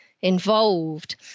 involved